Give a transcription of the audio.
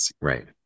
right